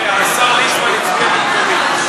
שהשר ליצמן הצביע במקומי.